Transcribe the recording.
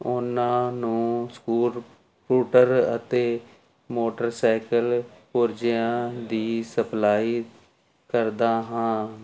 ਉਹਨਾਂ ਨੂੰ ਸਕੂਰ ਸਕੂਟਰ ਅਤੇ ਮੋਟਰਸਾਈਕਲ ਪੁਰਜਿਆਂ ਦੀ ਸਪਲਾਈ ਕਰਦਾ ਹਾਂ